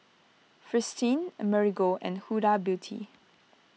Fristine Marigold and Huda Beauty